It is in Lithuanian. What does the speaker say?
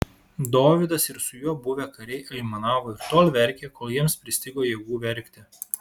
dovydas ir su juo buvę kariai aimanavo ir tol verkė kol jiems pristigo jėgų verkti